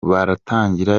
baratangira